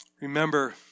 Remember